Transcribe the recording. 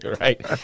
Right